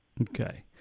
Okay